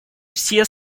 все